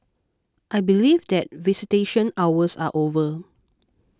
I believe that visitation hours are over